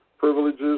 Privileges